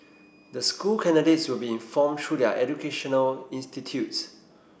the school candidates will be informed through their educational institutes